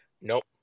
Nope